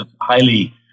highly